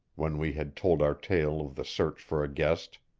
when we had told our tale of the search for a guest.